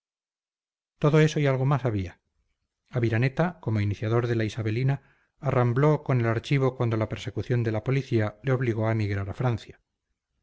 todo eso y algo más había aviraneta como iniciador de la isabelina arrambló con el archivo cuando la persecución de la policía le obligó a emigrar a francia